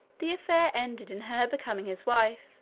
the affair ended in her becoming his wife,